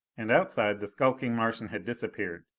and outside, the skulking martian had disappeared.